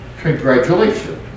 Congratulations